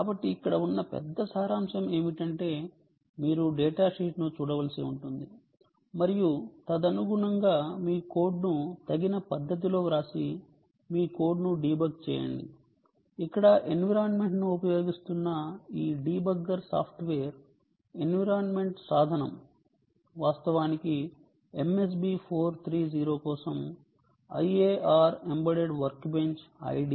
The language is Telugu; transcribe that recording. కాబట్టి ఇక్కడ ఉన్న పెద్ద సారాంశం ఏమిటంటే మీరు డేటాషీట్ను చూడవలసి ఉంటుంది మరియు తదనుగుణంగా మీ కోడ్ను తగిన పద్ధతిలో వ్రాసి మీ కోడ్ను డీబగ్ చేయండి ఇక్కడ ఎన్విరాన్మెంట్ ను ఉపయోగిస్తున్న ఈ డీబగ్గర్ సాఫ్ట్వేర్ ఎన్విరాన్మెంట్ సాధనం వాస్తవానికి MSB 430 కోసం IAR ఎంబెడెడ్ వర్క్బెంచ్ IDE